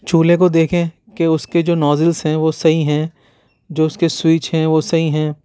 چولھے کو دیکھیں کہ اُس کے جو نوزلس ہیں وہ صحیح ہیں جو ُس کے سوئچ ہیں وہ صحیح ہیں